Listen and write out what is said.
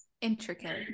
Intricate